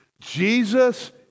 Jesus